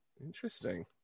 interesting